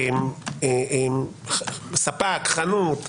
ספק, חנות,